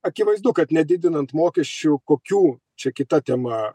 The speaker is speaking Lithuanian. akivaizdu kad nedidinant mokesčių kokių čia kita tema